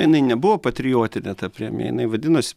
jinai nebuvo patriotinė ta premija jinai vadinos